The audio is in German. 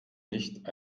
nicht